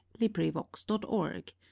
LibriVox.org